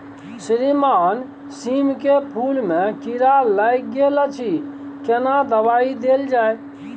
श्रीमान सीम के फूल में कीरा लाईग गेल अछि केना दवाई देल जाय?